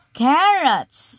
carrots